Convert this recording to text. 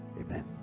amen